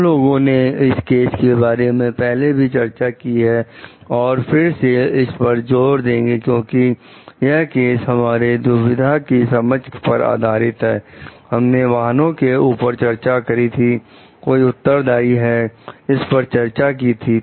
हम लोगों ने इस केस के बारे में पहले भी चर्चा की है और फिर से इस पर जोर देंगे क्योंकि यह केस हमारे दुविधा के समझ पर आधारित है हमने वाहनों के ऊपर चर्चा करी थी कौन उत्तरदाई है इस पर चर्चा करी थी